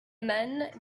men